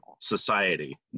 society